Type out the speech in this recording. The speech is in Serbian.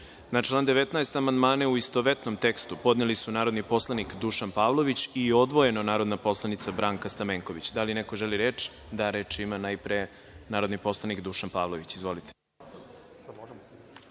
član 19. amandmane, u istovetnom tekstu, podneli su narodni poslanik Dušan Pavlović i odvojeno narodna poslanica Branka Stamenković. Da li neko želi reč? (Da.)Reč ima narodni poslanik Dušan Pavlović. Izvolite.